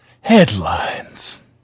headlines